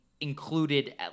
included